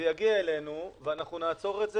זה יגיע אלינו ואנחנו נעצור את זה,